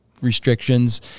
restrictions